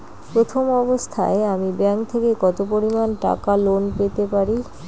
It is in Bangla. প্রথম অবস্থায় আমি ব্যাংক থেকে কত পরিমান টাকা লোন পেতে পারি?